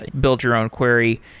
build-your-own-query